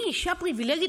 אני אישה פריבילגית,